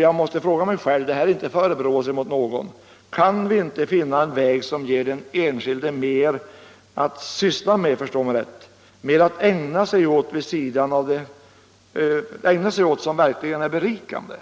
Jag frågar mig själv — detta är inte en förebråelse som jag riktar mot någon: Kan vi inte finna en väg som ger den enskilde mer att syssla med, mer att ägna sig åt som verkligen är berikande?